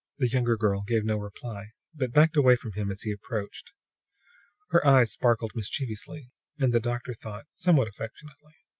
the younger girl gave no reply, but backed away from him as he approached her eyes sparkled mischievously and, the doctor thought, somewhat affectionately.